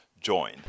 join